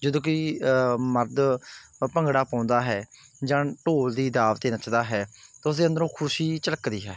ਜਦੋਂ ਕਿ ਮਰਦ ਭੰਗੜਾ ਪਾਉਂਦਾ ਹੈ ਜਾਂ ਢੋਲ ਦੀ ਦਾਬ 'ਤੇ ਨੱਚਦਾ ਹੈ ਤਾਂ ਉਸਦੇ ਅੰਦਰੋਂ ਖੁਸ਼ੀ ਝਲਕਦੀ ਹੈ